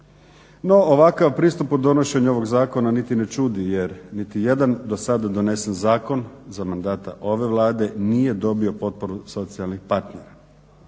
No, ovakav pristup u donošenju ovog zakona niti ne čudi jer niti jedan do sad donesen zakon za mandata ove Vlade nije dobio potporu socijalnih partnera.